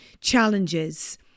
challenges